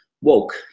woke